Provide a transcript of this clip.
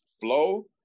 flow